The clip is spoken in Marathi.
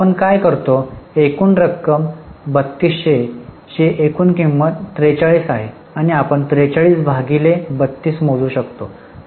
तर आपण काय करतो एकूण रक्कम 3200 ची एकूण किंमत 43 आहे आपण 43 भागिले 32 मोजू शकतो